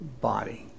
body